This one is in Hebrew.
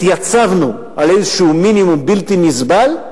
התייצבנו על איזשהו מינימום בלתי נסבל,